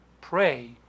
Pray